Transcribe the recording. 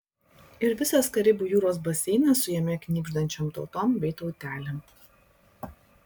ir visas karibų jūros baseinas su jame knibždančiom tautom bei tautelėm